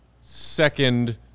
second